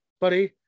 buddy